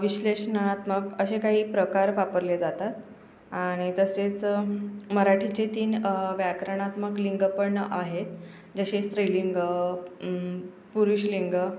विश्लेष्नणात्मक असे काही प्रकार वापरले जातात आणि तसेच मराठीचे तीन व्याकरणात्मक लिंग पण आहेत जसे स्त्रीलिंग पुरुषलिंग